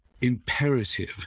imperative